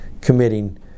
committing